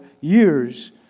years